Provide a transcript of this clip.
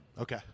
Okay